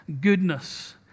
goodness